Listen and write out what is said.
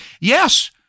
Yes